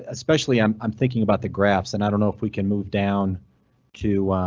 especially, i'm i'm thinking about the graphs and i don't know if we can move down to.